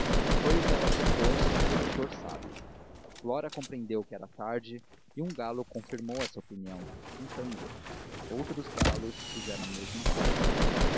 foi o que ela supôs e o leitor sabe flora compreendeu que era tarde e um galo confirmou essa opinião cantando outros galos fizeram a mesma cousa